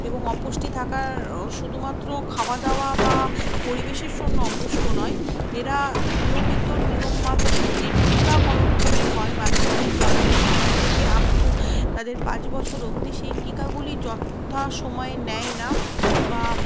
এবং অপুষ্টি থাকার শুধুমাত্র খাওয়া দাওয়া বা পরিবেশের জন্য অপুষ্ট নয় এরা নিয়মিত নিয়মমাফিক যে টিকাকরণগুলি হয় বাচ্চাদের জন্মের সময় থেকে আপ টু তাদের পাঁচ বছর অবধি সেই টিকাগুলি যথা সময়ে নেয় না বা